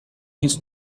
his